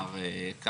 אבל אמיר, ברשותך,